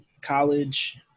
college